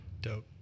Dope